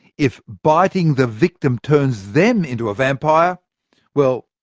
if biting the victim turns them into a vampire well,